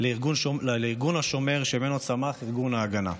לארגון השומר, שממנו צמח ארגון ההגנה.